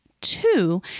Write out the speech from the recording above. Two